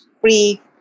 free